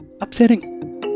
Upsetting